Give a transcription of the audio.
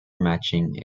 matching